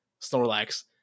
Snorlax